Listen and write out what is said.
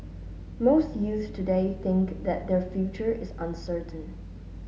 most youths today think that their future is uncertain